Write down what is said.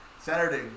Saturday